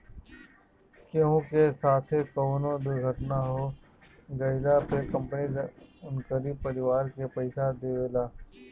केहू के साथे कवनो दुर्घटना हो गइला पे कंपनी उनकरी परिवार के पईसा देवेला